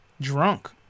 Drunk